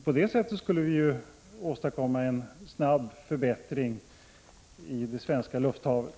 På det viset skulle vi kunna åstadkomma en snabb förbättring av det svenska lufthavet.